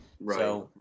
right